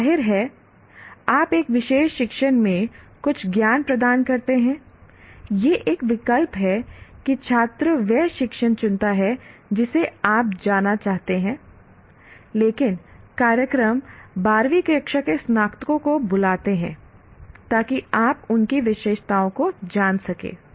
जाहिर है आप एक विशेष शिक्षण में कुछ ज्ञान प्रदान करते हैं यह एक विकल्प है कि छात्र वह शिक्षण चुनता है जिसे आप जाना चाहते हैं लेकिन कार्यक्रम 12 वीं कक्षा के स्नातकों को बुलाते हैं ताकि आप उनकी विशेषताओं को जान सकें